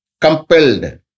compelled